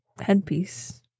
headpiece